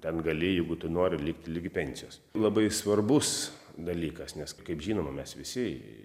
ten gali jeigu tu nori likti ligi pensijos labai svarbus dalykas nes kaip žinoma mes visi